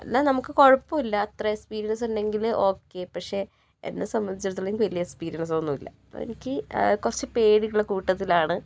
എന്നാൽ നമുക്ക് കുഴപ്പമില്ല അത്രെ എസ്പീരിയൻസ് ഉണ്ടെങ്കിൽ ഓക്കേ പക്ഷേ എന്നെ സംബന്ധിച്ചിടത്തോളം എനിക്ക് വലിയ എക്സ്പീരിയൻസൊന്നും ഇല്ല എന്ന എനിക്ക് കുറച്ച് പേടിയുള്ള കൂട്ടത്തിലാണ്